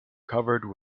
covered